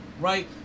Right